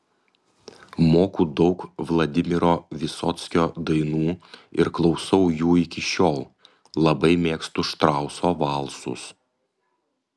moku daug vladimiro vysockio dainų ir klausau jų iki šiol labai mėgstu štrauso valsus